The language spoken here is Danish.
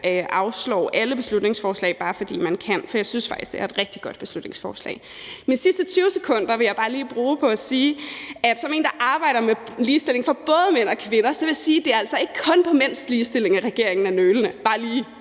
afslår alle beslutningsforslag, bare fordi man kan, for jeg synes faktisk, det er et rigtig godt beslutningsforslag. Jeg vil lige bruge de sidste 20 sekunder på at sige, at jeg som en, der arbejder med ligestilling for både mænd og kvinder, synes, at det altså ikke kun er i forbindelse med mænds ligestilling, at regeringen er nølende – det